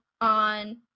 on